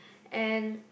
and